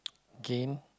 gained